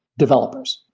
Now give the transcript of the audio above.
developers.